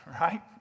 right